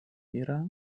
yra